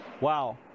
Wow